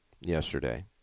yesterday